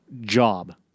job